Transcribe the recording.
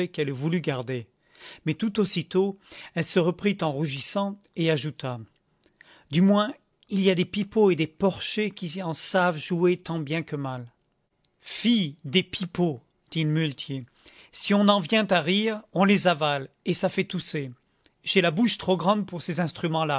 qu'elle eût voulu garder mais tout aussitôt elle se reprit en rougissant et ajouta du moins il y a des pipeaux et des porchers qui en savent jouer tant bien que mal fi des pipeaux dit le muletier si on vient à rire on les avale et ça fait tousser j'ai la bouche trop grande pour ces instruments là